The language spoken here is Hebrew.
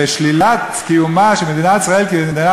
ושלילת קיומה של מדינת ישראל כמדינה